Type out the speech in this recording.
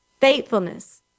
faithfulness